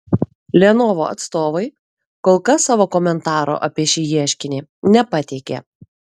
lenovo atstovai kol kas savo komentaro apie šį ieškinį nepateikė